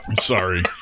sorry